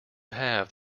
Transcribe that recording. have